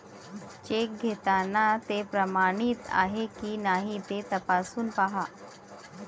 check घेताना ते प्रमाणित आहे की नाही ते तपासून पाहा